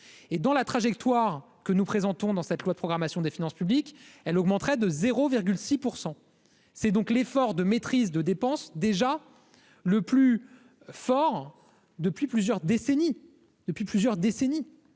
et dont la trajectoire que nous présentons dans cette loi de programmation des finances publiques, elle augmenterait de 0 6 % c'est donc l'effort de maîtrise de dépenses déjà le plus fort depuis plusieurs décennies, depuis plusieurs décennies